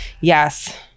Yes